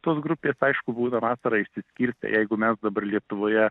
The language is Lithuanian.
tos grupės aišku būna vasarą išsiskirstę jeigu mes dabar lietuvoje